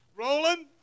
Roland